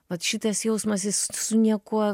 vat šitas jausmas jis su niekuo